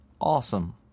awesome